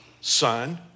Son